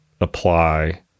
apply